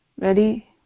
ready